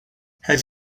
have